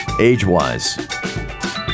age-wise